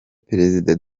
perezida